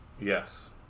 Yes